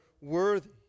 worthy